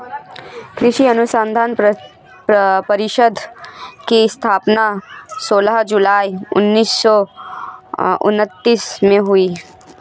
कृषि अनुसंधान परिषद की स्थापना सोलह जुलाई उन्नीस सौ उनत्तीस में हुई